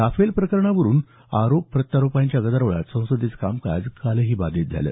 Rafale प्रकरणावरून आरोप प्रत्यारोपांच्या गदारोळात संसदेचं कामकाज कालही बाधित झालं